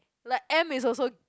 like M is also